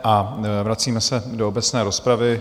A vracíme se do obecné rozpravy.